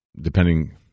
depending